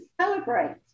celebrate